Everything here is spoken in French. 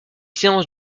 séances